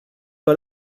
pas